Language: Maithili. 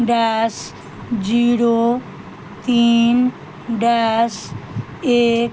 डैश जीरो तीन डैश एक